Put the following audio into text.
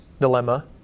dilemma